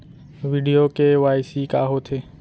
video KYC का होथे